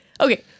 Okay